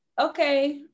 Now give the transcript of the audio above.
okay